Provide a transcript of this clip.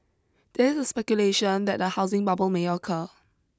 there is speculation that a housing bubble may occur